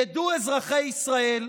ידעו אזרחי ישראל: